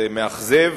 זה מאכזב,